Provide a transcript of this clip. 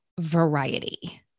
variety